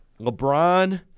LeBron